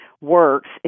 works